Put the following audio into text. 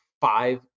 five